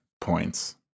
points